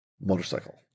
motorcycle